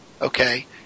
Okay